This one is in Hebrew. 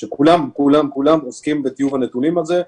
שכולם, כולם, עוסקים בטיוב הנתונים הזה.